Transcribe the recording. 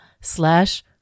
slash